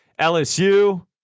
LSU